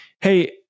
hey